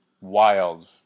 wild